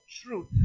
truth